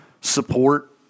support